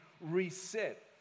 reset